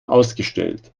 ausgestellt